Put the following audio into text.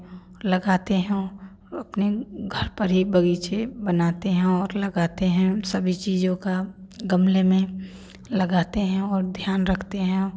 लगाते हैं अपने घर पर एक बगीचे बनाते हैं और लगाते हैं सभी चीज़ों का गमले में लगाते हैं और ध्यान रखते हैं